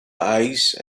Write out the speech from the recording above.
ice